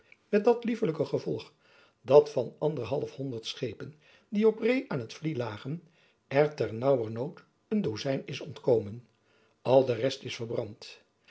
met dat liefelijk gevolg dat van de anderhalf honderd schepen die op de reê van t vlie lagen er ter naauwer nood een dozijn is ontkomen al de rest is verbrand